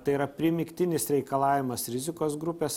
tai yra primygtinis reikalavimas rizikos grupės